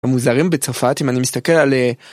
מוזרים בצרפת אם אני מסתכל על.